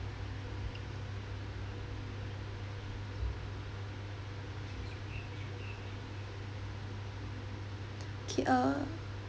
K uh